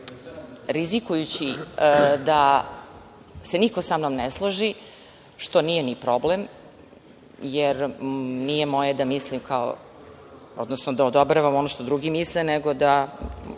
rizikujući da se niko sa mnom ne složi, što nije ni problem, jer nije moje da odobravam ono što drugi misle, nego je